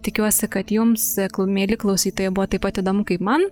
tikiuosi kad jums mieli klausytojai buvo taip pat įdomu kaip man